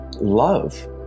love